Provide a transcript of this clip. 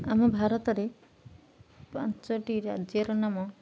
ଆମ ଭାରତରେ ପାଞ୍ଚଟି ରାଜ୍ୟର ନାମ